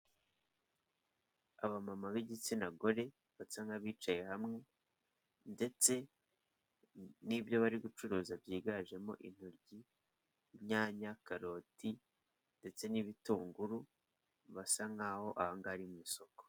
Abamama b'igitsina gore basa nk'abicaye hamwe ndetse n'ibyo bari gucuruza byiganjemo intoryi, imyanya, karoti ndetse n'ibitunguru basa nk'aho aha ngaha ari mu isoko.